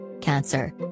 Cancer